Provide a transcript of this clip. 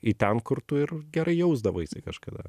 į ten kur tu ir gerai jausdavaisi kažkada